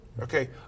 Okay